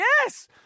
yes